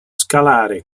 scalare